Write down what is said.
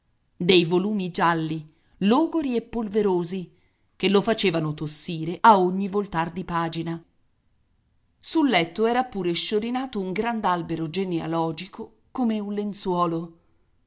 dei volumi gialli logori e polverosi che lo facevano tossire a ogni voltar di pagina sul letto era pure sciorinato un grand'albero genealogico come un lenzuolo